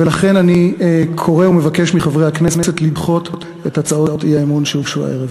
ולכן אני קורא ומבקש מחברי הכנסת לדחות את הצעות האי-אמון שהוגשו הערב.